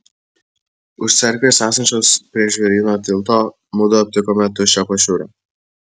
už cerkvės esančios prie žvėryno tilto mudu aptikome tuščią pašiūrę